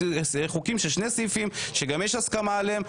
אלה חוקים עם שני סעיפים, וגם יש הסכמה עליהם.